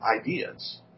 ideas